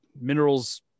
minerals